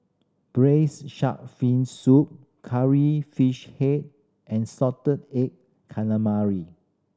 braise shark fin soup Curry Fish Head and salted egg calamari